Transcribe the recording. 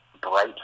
bright